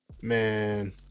man